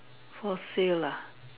for sale lah